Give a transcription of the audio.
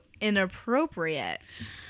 Inappropriate